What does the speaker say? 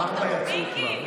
ארבעה יצאו כבר.